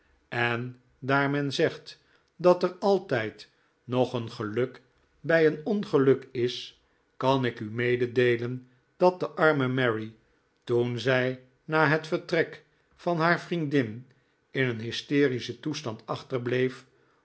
en daar men zegt dat er altijd nog een geluk bij een ongeluk is kan ik u mededeelen dat de arme mary toen zij na het vertrek van haar vriendin in een hysterischen toestand